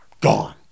Gone